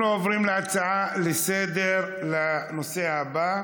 אנחנו עוברים להצעה לסדר-היום בנושא: